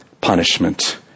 punishment